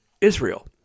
Israel